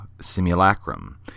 Simulacrum